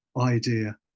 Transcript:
idea